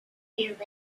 years